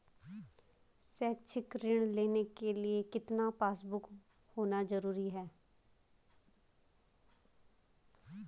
शैक्षिक ऋण लेने के लिए कितना पासबुक होना जरूरी है?